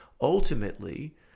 Ultimately